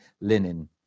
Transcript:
linen